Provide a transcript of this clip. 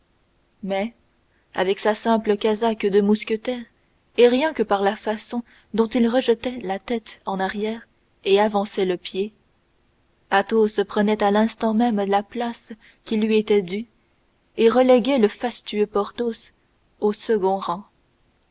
mais avec sa simple casaque de mousquetaire et rien que par la façon dont il rejetait la tête en arrière et avançait le pied athos prenait à l'instant même la place qui lui était due et reléguait le fastueux porthos au second rang